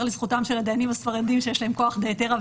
לזכותם של הדיינים הספרדים יש להם כוח דהיתרא,